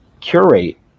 curate